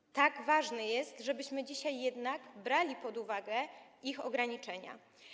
I tak ważne jest, żebyśmy dzisiaj jednak brali pod uwagę ich ograniczenia.